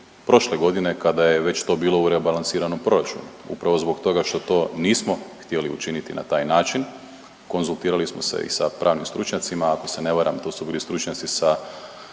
prošle godine kada je već to bilo u rebalansiranom proračunu. Upravo zbog toga što to nismo htjeli učiniti na taj način konzultirali smo se i sa pravnim stručnjacima ako se ne varam tu su bili stručnjaci sa